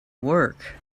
work